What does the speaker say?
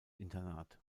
internat